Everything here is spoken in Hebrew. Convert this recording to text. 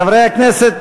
חברי הכנסת,